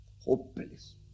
Hopeless